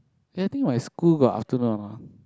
eh I think my school got afternoon or not lah